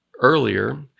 earlier